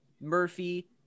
Murphy